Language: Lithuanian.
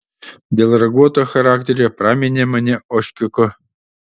dėl raguoto charakterio praminė mane ožkiuku